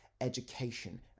education